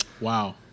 wow